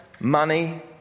money